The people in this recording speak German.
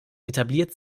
etabliert